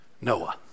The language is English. Noah